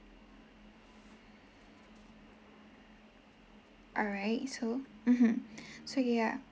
alright so mmhmm so yeah